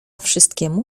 wszystkiemu